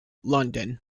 london